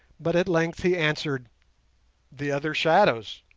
but at length he answered the other shadows